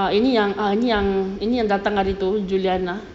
ini yang ah ini yang ini yang datang tu juliana